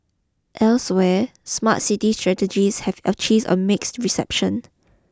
elsewhere smart city strategies have achieved a mixed reception